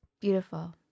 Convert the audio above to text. Beautiful